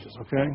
okay